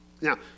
Now